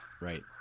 Right